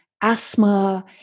asthma